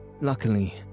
Luckily